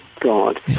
God